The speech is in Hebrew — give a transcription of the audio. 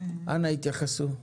אנא התייחסו.